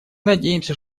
надеемся